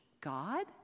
God